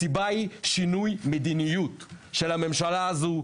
שינוי מדיניות של הממשלה הזו,